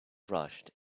rushed